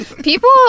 people